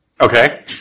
okay